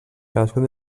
cadascun